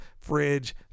fridge